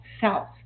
self